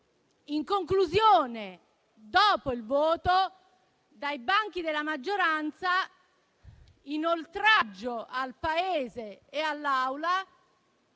in conclusione, dopo il voto, dai banchi della maggioranza, in oltraggio al Paese e all'Assemblea,